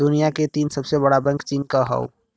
दुनिया के तीन सबसे बड़ा बैंक चीन क हौ